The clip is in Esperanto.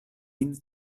min